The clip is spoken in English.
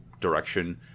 direction